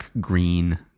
Green